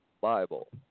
Bible